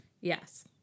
Yes